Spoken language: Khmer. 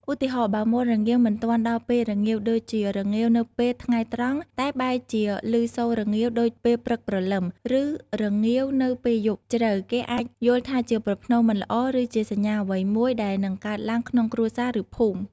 ឧទាហរណ៍ បើមាន់រងាវមិនទាន់ដល់ពេលរងាវ ដូចជារងាវនៅពេលថ្ងៃត្រង់តែបែរជាលឺសូររងាវដូចពេលព្រឹកព្រលឹម ឬរងាវនៅពេលយប់ជ្រៅ គេអាចយល់ថាជាប្រផ្នូលមិនល្អ ឬជាសញ្ញាអ្វីមួយដែលនឹងកើតឡើងក្នុងគ្រួសារ ឬភូមិ។